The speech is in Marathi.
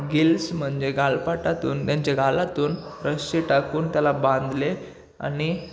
गिल्स म्हणजे गालपाटातून त्यांच्या गळातून रश्शी टाकून त्याला बांधले आणि